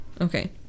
Okay